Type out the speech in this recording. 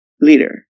Leader